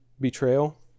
betrayal